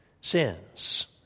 sins